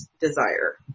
desire